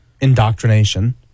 indoctrination